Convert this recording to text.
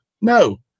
No